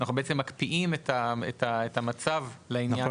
אנחנו מקפיאים את המצב לעניין הזה.